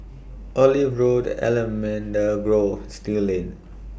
Olive Road Allamanda Grove Still Lane